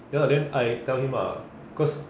ya lah then I tell him lah cause